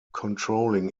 controlling